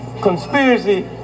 Conspiracy